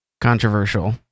controversial